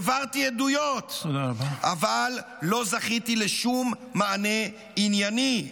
העברתי עדויות, אבל לא זכיתי לשום מענה ענייני.